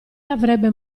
avrebbe